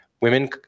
Women